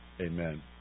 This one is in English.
amen